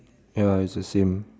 ya it's the same